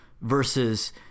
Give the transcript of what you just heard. versus